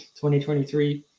2023